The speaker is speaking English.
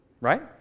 right